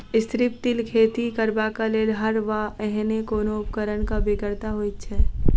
strip till खेती करबाक लेल हर वा एहने कोनो उपकरणक बेगरता होइत छै